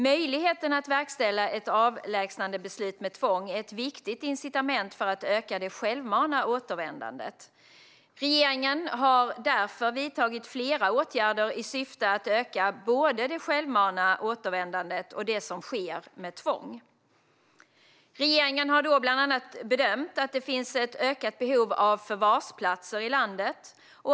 Möjligheten att verkställa ett avlägsnandebeslut med tvång är ett viktigt incitament för att öka det återvändande som sker självmant. Regeringen har därför vidtagit flera åtgärder i syfte att öka både det återvändande som sker självmant och det som sker med tvång. Regeringen har bland annat bedömt att det finns ett ökat behov av förvarsplatser i landet.